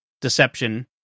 deception